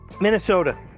Minnesota